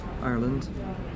Ireland